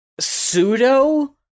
pseudo